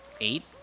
eight